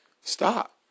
stop